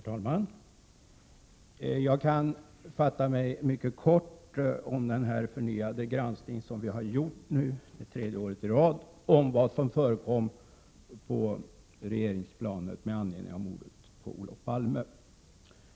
Herr talman! Jag kan fatta mig mycket kort om den förnyade granskning som vi nu har gjort — det är tredje året i rad — av vad som förekom på regeringsplanet med anledning av mordet på Olof Palme.